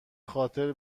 خاطر